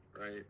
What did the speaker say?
right